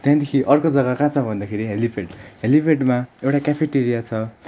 त्यहाँदेखि अर्को जग्गा कहाँ छ भन्दाखेरि हेलिप्याड हेलिप्याडमा एउटा क्याफेटेरिया छ